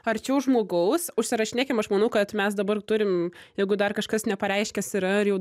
arčiau žmogaus užsirašinėkim aš manau kad mes dabar turim jeigu dar kažkas nepareiškęs yra ar jau